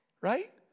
Right